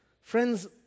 Friends